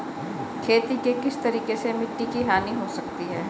खेती के किस तरीके से मिट्टी की हानि हो सकती है?